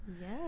Yes